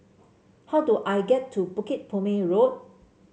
how do I get to Bukit Purmei Road